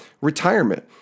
retirement